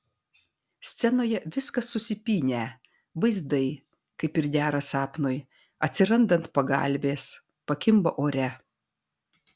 scenoje viskas susipynę vaizdai kaip ir dera sapnui atsiranda ant pagalvės pakimba ore